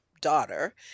daughter